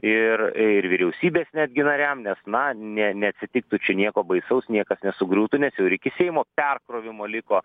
ir ir vyriausybės netgi nariam nes na ne neatsitiktų čia nieko baisaus niekas nesugriūtų nes jau ir iki seimo perkrovimo liko